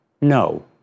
No